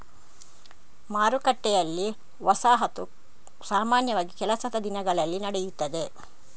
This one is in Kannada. ಮಾರುಕಟ್ಟೆಯಲ್ಲಿ, ವಸಾಹತು ಸಾಮಾನ್ಯವಾಗಿ ಕೆಲಸದ ದಿನಗಳಲ್ಲಿ ನಡೆಯುತ್ತದೆ